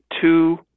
two